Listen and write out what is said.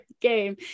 game